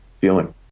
feeling